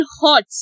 hot